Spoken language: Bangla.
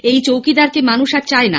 এই চৌকিদারকে মানুষ আর চায় না